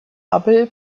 abel